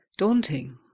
Daunting